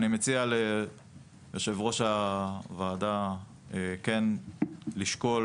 אני מציע ליושב-ראש הוועדה כן לשקול